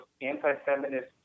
anti-feminist